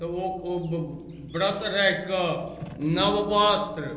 तऽ ओ ओ व्रत राखि कऽ नव वस्त्र